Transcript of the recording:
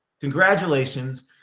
congratulations